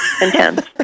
intense